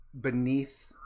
beneath